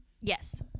Yes